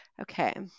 okay